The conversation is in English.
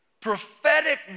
prophetic